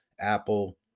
Apple